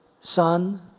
Son